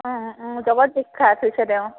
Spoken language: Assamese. ওম ওম জগত বিখ্যাত হৈছে তেওঁ